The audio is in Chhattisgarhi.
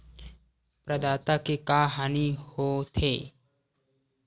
प्रदाता के का हानि हो थे?